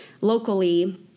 locally